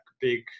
big